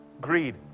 greed